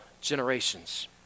generations